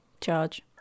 charge